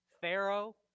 pharaoh